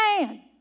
man